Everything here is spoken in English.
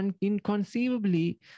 inconceivably